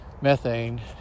methane